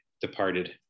departed